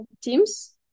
teams